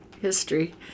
history